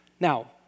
Now